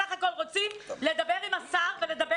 ההורים בסך הכול רוצים לדבר עם השר ולדבר